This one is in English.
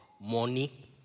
money